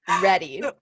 ready